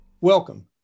Welcome